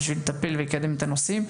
לטפל ולקדם את הנושאים.